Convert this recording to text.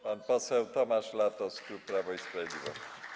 Pan poseł Tomasz Latos, klub Prawo i Sprawiedliwość.